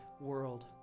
world